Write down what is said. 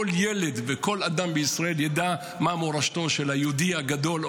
ילד וכל אדם בישראל ידע מה מורשתו של היהודי הגדול,